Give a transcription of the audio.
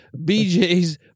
BJ's